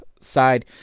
side